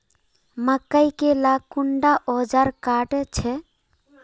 मकई के ला कुंडा ओजार काट छै?